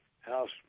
house